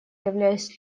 являюсь